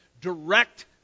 direct